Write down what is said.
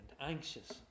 anxious